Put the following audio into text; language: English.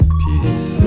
peace